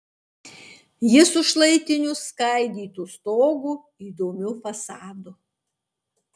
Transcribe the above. jis su šlaitiniu skaidytu stogu įdomiu fasadu